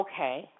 okay